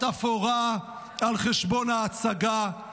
בתפאורה על חשבון ההצגה,